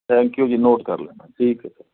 thank you ji note ਕਰ ਲੈਣਾ ਠੀਕ ਹੈ ਸਰ